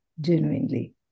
genuinely